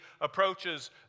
approaches